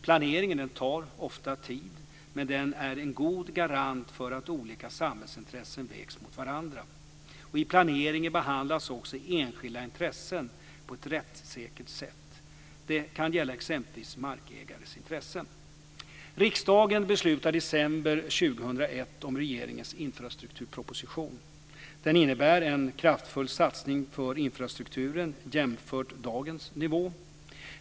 Planeringen tar ofta tid, men den är en god garant för att olika samhällsintressen vägs mot varandra. I planeringen behandlas också enskilda intressen på ett rättssäkert sätt. Det kan gälla exempelvis markägares intressen. Riksdagen beslutade i december 2001 om regeringens infrastrukturproposition. Den innebär en kraftfull satsning för infrastrukturen jämfört med dagens nivå.